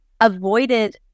avoided